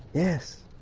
yes,